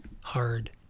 hard